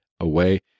away